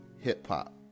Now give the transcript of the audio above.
hip-hop